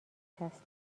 هستند